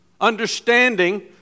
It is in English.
understanding